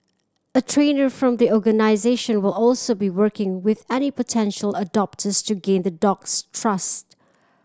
a trainer from the organisation will also be working with any potential adopters to gain the dog's trust